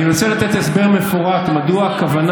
אני רוצה לתת הסבר מפורט מדוע הכוונה